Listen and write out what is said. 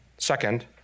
Second